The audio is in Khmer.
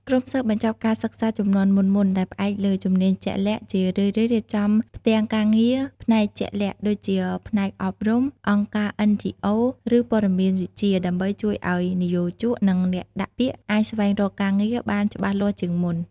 ក្រុមសិស្សបញ្ចប់ការសិក្សាជំនាន់មុនៗ ដែលផ្អែកលើជំនាញជាក់លាក់ ជារឿយៗរៀបចំផ្ទាំងការងារផ្នែកជាក់លាក់ ដូចជាផ្នែកអប់រំ អង្គការ NGO ឬព័ត៌មានវិទ្យា ដើម្បីជួយឱ្យនិយោជក និងអ្នកដាក់ពាក្យអាចស្វែងរកការងារបានច្បាស់លាស់ជាងមុន។